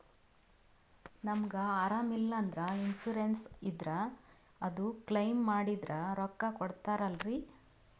ನಮಗ ಅರಾಮ ಇಲ್ಲಂದ್ರ ಇನ್ಸೂರೆನ್ಸ್ ಇದ್ರ ಅದು ಕ್ಲೈಮ ಮಾಡಿದ್ರ ರೊಕ್ಕ ಕೊಡ್ತಾರಲ್ರಿ?